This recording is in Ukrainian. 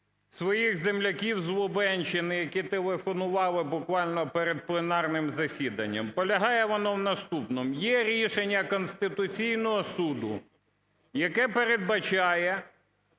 своїх земляків з Лубенщини, які телефонували буквально перед пленарним засіданням. Полягає воно в наступному. Є рішення Конституційного Суду, яке передбачає